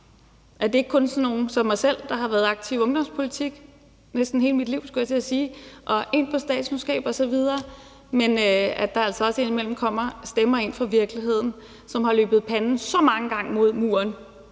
at det ikke kun er sådan nogle som mig selv, der har været aktiv i ungdomspolitik næsten hele mit liv, skulle jeg til at sige, og læst på statskundskab osv., men at der altså også indimellem kommer stemmer ind fra virkeligheden, som har løbet panden så mange gange mod muren,